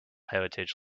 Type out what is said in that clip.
heritage